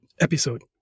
episode